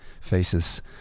faces